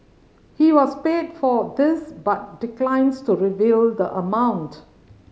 he was paid for this but declines to reveal the amount